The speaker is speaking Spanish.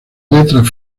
letras